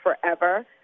forever